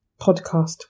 podcast